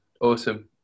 Awesome